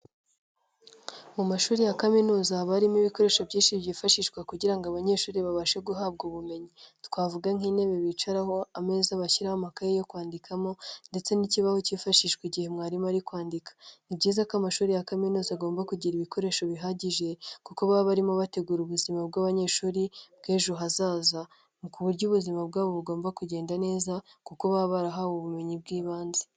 Mu mashuri ya kaminuza haba harimo ibikoresho byinshi byifashishwa kugira ngo abanyeshuri babashe guhabwa ubumenyi, twavuga nk'intebe bicaraho, ameza bashyiraho amakaye yo kwandikamo ndetse n'ikibaho cyifashishwa igihe mwarimu ari kwandika. Ni byiza ko amashuri ya kaminuza agomba kugira ibikoresho bihagije kuko baba barimo bategura ubuzima bw'abanyeshuri bw'ejo hazaza, ku buryo ubuzima bwabo bugomba kugenda neza kuko baba barahawe ubumenyi bw'ibanze.